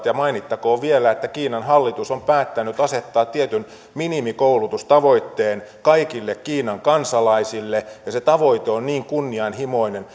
ja mainittakoon vielä että kiinan hallitus on päättänyt asettaa tietyn minimikoulutustavoitteen kaikille kiinan kansalaisille ja se tavoite on niin kunnianhimoinen